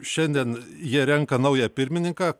šiandien jie renka naują pirmininką